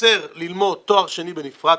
אוסר ללמוד תואר שני בנפרד,